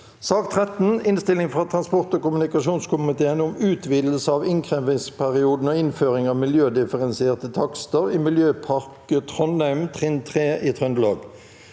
2023 Innstilling fra transport- og kommunikasjonskomiteen om Utvidelse av innkrevingsperioden og innføring av miljødifferensierte takster i Miljøpakke Trondheim trinn 3 i Trøndelag